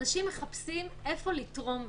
אנשים מחפשים איפה לתרום.